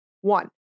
One